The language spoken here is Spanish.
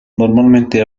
normalmente